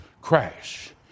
crash